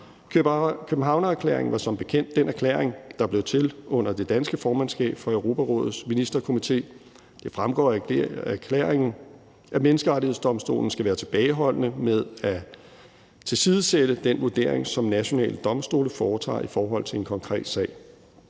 Københavnererklæringen var som bekendt den erklæring, der blev til under det danske formandskab for Europarådets Ministerkomité. Det fremgår af erklæringen, at Menneskerettighedsdomstolen skal være tilbageholdende med at tilsidesætte den vurdering, som nationale domstole foretager i forhold til en konkret sag.